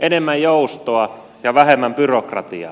enemmän joustoa ja vähemmän byrokratiaa